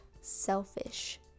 selfish